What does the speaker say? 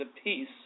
apiece